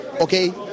Okay